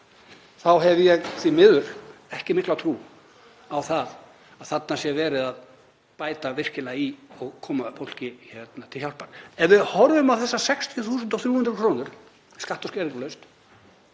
þá hef ég því miður ekki mikla trú á að þarna sé verið að bæta virkilega í og koma fólki til hjálpar. Ef við horfum á þessar 60.300 kr. skatta- og skerðingarlaust